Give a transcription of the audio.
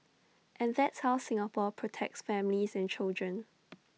and that's how Singapore protects families and children